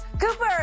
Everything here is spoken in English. Cooper